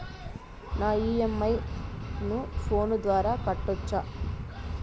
నా ఇ.ఎం.ఐ ను ఫోను ద్వారా కట్టొచ్చా?